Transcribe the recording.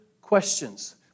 questions